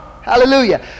Hallelujah